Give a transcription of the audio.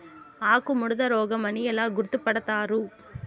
ఆకుముడత రోగం అని ఎలా గుర్తుపడతారు?